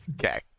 Okay